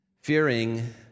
fearing